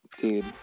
dude